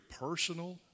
personal